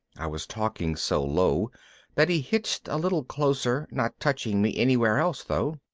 i was talking so low that he hitched a little closer, not touching me anywhere else though.